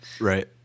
Right